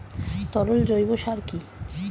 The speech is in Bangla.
তরল জৈব সার কি?